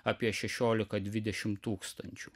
apie šešiolika dvidešimt tūkstančių